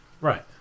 Right